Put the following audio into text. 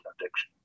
addiction